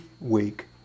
week